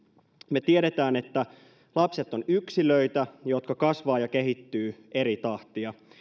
me tiedämme että lapset ovat yksilöitä jotka kasvavat ja kehittyvät eri tahtia